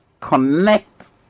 connect